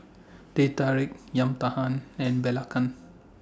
Teh Tarik Yam Talam and Belacan